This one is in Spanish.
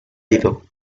ido